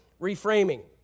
reframing